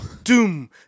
doom